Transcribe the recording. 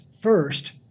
first